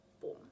boom